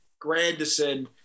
grandison